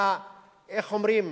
איך אומרים?